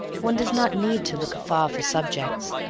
one does not need to look afar for subjects.